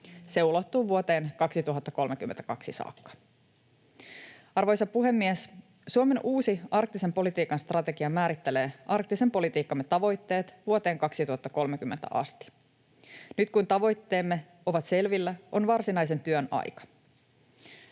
Se ulottuu vuoteen 2032 saakka. Arvoisa puhemies! Suomen uusi arktisen politiikan strategia määrittelee arktisen politiikkamme tavoitteet vuoteen 2030 asti. Nyt kun tavoitteemme ovat selvillä, on varsinaisen työn aika.